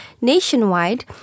nationwide